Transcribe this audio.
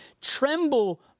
Tremble